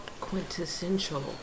quintessential